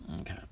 okay